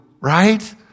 right